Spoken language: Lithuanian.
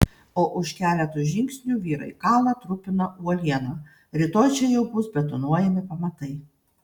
o už keleto žingsnių vyrai kala trupina uolieną rytoj čia jau bus betonuojami pamatai